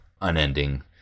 unending